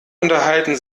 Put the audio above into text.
unterhalten